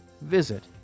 visit